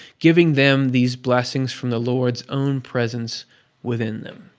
giving them these blessings from the lord's own presence within them.